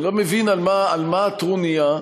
אני לא מבין על מה הטרוניה,